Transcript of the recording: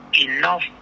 enough